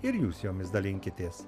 ir jūs jomis dalinkitės